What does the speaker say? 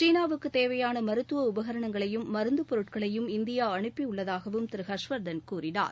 சீனாவுக்கு தேவையான மருத்துவ உபகரணங்களையும் மருந்து பொருட்களையும் இந்தியா அனுப்பி உள்ளதாகவும் திரு ஹர்ஷவர்தன் கூறினார்